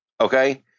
okay